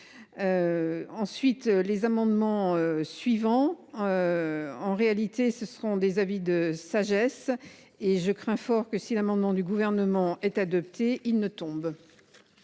Ensuite les amendements suivants. En réalité, ce seront des avis de sagesse et je crains fort que si l'amendement du Gouvernement est adopté, il ne tombe.